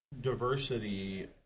diversity